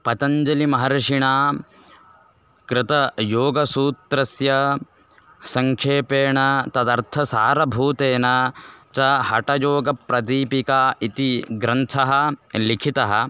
पतञ्जलिमहर्षिणा कृत योगसूत्रस्य संक्षेपेण तदर्थ सारभूतेन च हटयोगप्रदीपिका इति ग्रन्थः लिखितः